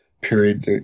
period